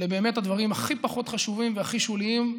אלה באמת הדברים הכי פחות חשובים והכי שוליים.